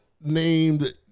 named